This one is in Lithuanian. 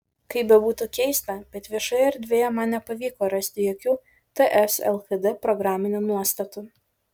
kaip bebūtų keista bet viešoje erdvėje man nepavyko rasti jokių ts lkd programinių nuostatų